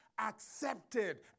accepted